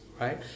right